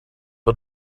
but